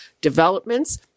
developments